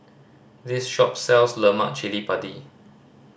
this shop sells lemak cili padi